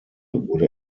wurde